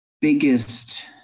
biggest